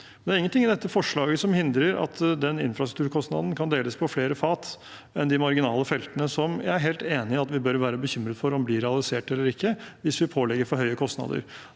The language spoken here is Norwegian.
Det er ingenting i dette forslaget som hindrer at den infrastrukturkostnaden kan deles på flere fat enn de marginale feltene, som jeg er helt enig i at vi bør være bekymret for om blir realisert eller ikke, hvis vi pålegger for høye kostnader.